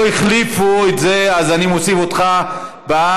לא החליפו את זה, אז אני מוסיף אותך בעד.